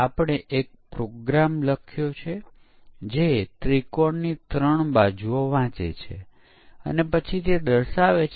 ત્યાં બે પ્રકારનાં પરીક્ષણો છે એક પ્રોગ્રામરે જાતે કર્યું છે જે એકમ પરીક્ષણ છે જે કોડિંગ અને એકમ પરીક્ષણ દરમિયાન હાથ ધરવામાં આવે છે